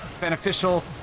beneficial